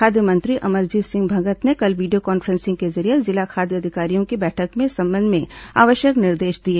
खाद्य मंत्री अमरजीत भगत ने कल वीडियो कॉन्फ्रेंसिंग के जरिये जिला खाद्य अधिकारियों की बैठक में इस संबंध में आवश्यक निर्देश दिए